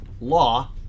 law